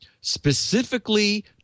specifically